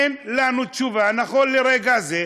אין לנו תשובה, נכון לרגע זה,